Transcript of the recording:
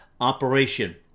operation